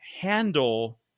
handle